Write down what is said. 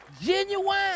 Genuine